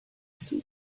suit